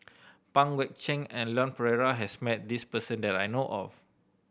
Pang Guek Cheng and Leon Perera has met this person that I know of